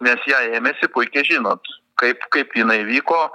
nes ją ėmėsi puikiai žinot kaip kaip jinai vyko